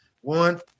One